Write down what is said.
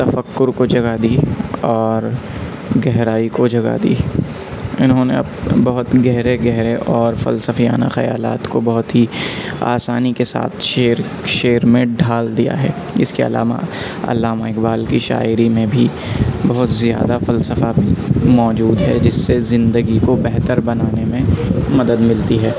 تفکر کو جگہ دی اور گہرائی کو جگہ دی انہوں نے بہت گہرے گہرے اور فلسفیانہ خیالات کو بہت ہی آسانی کے ساتھ شعر شعر میں ڈھال دیا ہے اس کے علاوہ علامہ اقبال کی شاعری میں بھی بہت زیادہ فلسفہ بھی موجود ہے جس سے زندگی کو بہتر بنانے میں مدد ملتی ہے